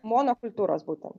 monokultūros būtent